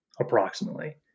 approximately